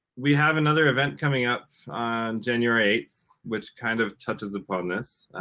we have another event coming up on january eighth which kind of touches upon this,